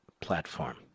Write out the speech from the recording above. platform